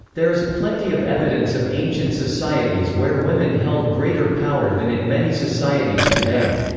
there is plenty of evidence of ancient societies where women held greater power than in many societies today.